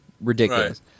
ridiculous